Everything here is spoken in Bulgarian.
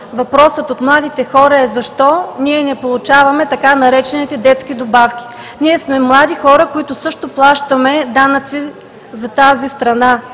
въпросът от младите хора е: „Защо ние не получаваме така наречените детски добавки? Ние сме млади хора, които също плащаме данъци за тази страна